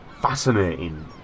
fascinating